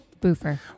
Boofer